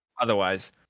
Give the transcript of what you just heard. otherwise